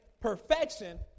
perfection